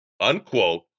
Unquote